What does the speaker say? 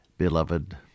Beloved